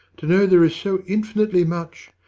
to know there is so infinitely much,